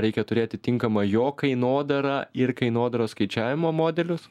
reikia turėti tinkamą jo kainodarą ir kainodaros skaičiavimo modelius